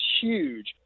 huge